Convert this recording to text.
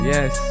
Yes